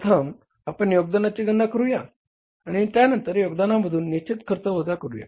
प्रथम आपण योगदानाची गणना करूया आणि त्यानंतर योगदानामधून निश्चित खर्च वजा करूया